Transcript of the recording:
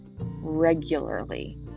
regularly